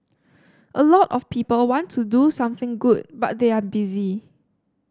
a lot of people want to do something good but they are busy